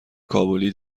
کابلی